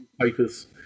papers